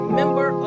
member